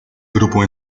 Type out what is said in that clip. grupo